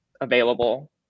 available